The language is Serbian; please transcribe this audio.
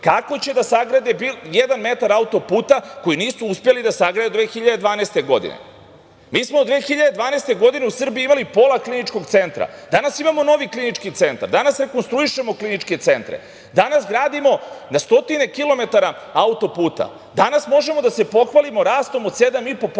kako će da sagrade jedan metar autoputa koji nisu uspeli da sagrade do 2012. godine. Mi smo 2012. godine u Srbiji imali pola Kliničkog centra. Danas imamo novi Klinički centar. Danas rekonstruišemo kliničke centre. Danas radimo na stotine kilometara autoputa. Danas možemo da se pohvalimo rastom od 7,5%